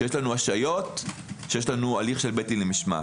שיש לנו השעיות, שיש לנו הליך של בית לדין למשמעת.